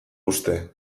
uste